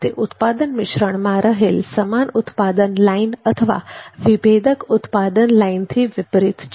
તે ઉત્પાદન મિશ્રણમાં રહેલ સમાન ઉત્પાદન લાઇન અથવા વિભેદક ઉત્પાદન લાઇનથી વિપરીત છે